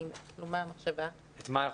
כלומר באותן ערים אדומות רוב האירועים,